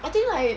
I think like